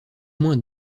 moins